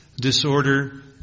disorder